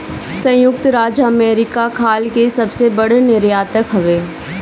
संयुक्त राज्य अमेरिका खाल के सबसे बड़ निर्यातक हवे